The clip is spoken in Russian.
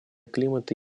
климата